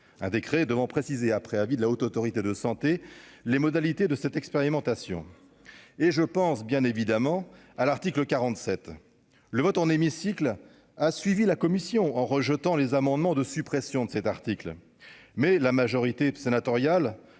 un décret devant préciser après avis de la Haute autorité de santé, les modalités de cette expérimentation et je pense bien évidemment à l'article 47 le vote en hémicycle a suivi la commission en rejetant les amendements de suppression de cet article, mais la majorité sénatoriale